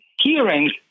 hearing